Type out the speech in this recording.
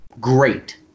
great